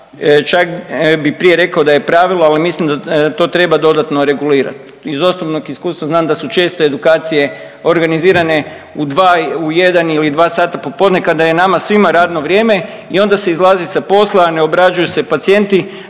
Čak bi prije rekao da je pravilo, ali mislim da to treba dodatno regulirati. Iz osobnog iskustava znam da su česte edukacije organizirane u dva, u jedan ili dva sata popodne kada je nama svima radno vrijeme i onda se izlazi sa posla, ne obrađuju se pacijenti